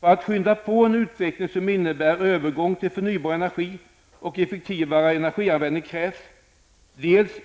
För att påskynda en utveckling som innebär övergång till förnybar energi och effektivare energianvändning krävs: